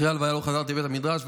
אחרי ההלוויה לא חזרתי לבית המדרש,